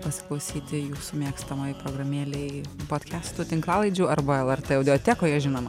pasiklausyti jūsų mėgstamoj programėlėj podkestų tinklalaidžių arba lrt audiotekoje žinoma